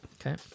Okay